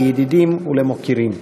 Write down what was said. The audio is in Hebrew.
לידידים ולמוקירים.